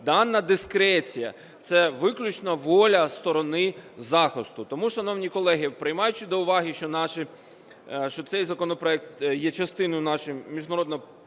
дана дискреція це виключно воля сторони захисту. Тому, шановні колеги, приймаючи до уваги, що цей законопроект є частиною наших міжнародно-правових